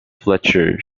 fletcher